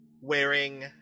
wearing